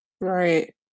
right